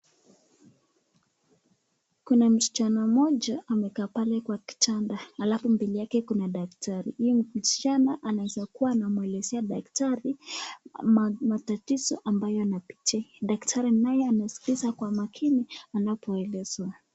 Kuna msichana mmoja amekaa pale kwa kitanda alafu mbele yake kuna daktari. Msichana anaeza kuwa anamuelezea daktari matatizo ambayo anapitia daktari naye anasikiliza kwa makini anapoelezwa.